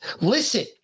Listen